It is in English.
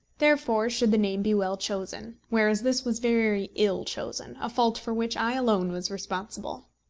therefore should the name be well chosen whereas this was very ill chosen, a fault for which i alone was responsible.